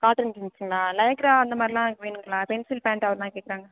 cotton ஜீன்ஸுங்களா Lycra அந்த மாதிரில்லாம் இருக்கு வேணுங்களா பென்சில் பேண்ட் அதுமாதிரி கேட்குறாங்க